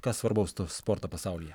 kas svarbaus to sporto pasaulyje